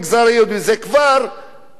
זו כבר אפליה.